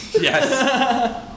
Yes